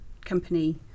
company